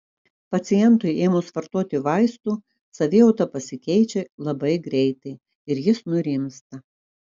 pacientui ėmus vartoti vaistų savijauta pasikeičia labai greitai ir jis nurimsta